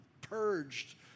purged